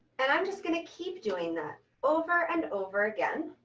and i'm just going to keep doing that over and over again